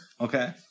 Okay